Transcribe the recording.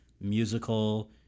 musical